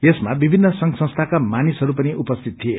यसमा विभिन्न संघ संस्थाका मानिसहरू पनि उपस्थिति थिए